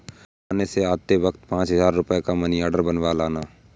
डाकखाने से आते वक्त पाँच हजार रुपयों का मनी आर्डर बनवा लाना